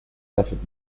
suffered